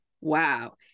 Wow